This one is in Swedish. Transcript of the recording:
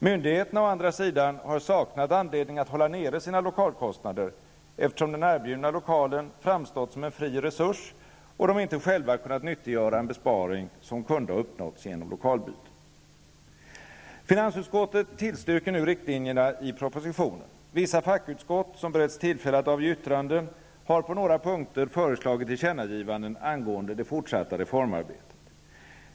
Myndigheterna å andra sidan har saknat anledning att hålla nere sina lokalkostnader, eftersom den erbjudna lokalen framstått som en fri resurs och de inte själva kunnat nyttiggöra en besparing som kunde ha uppnåtts genom lokalbyte. Finansutskottet tillstyrker nu riktlinjerna i propositionen. Vissa fackutskott, som beretts tillfälle att avge yttranden, har på många punkter föreslagit tillkännagivanden angående det fortsatta reformarbetet.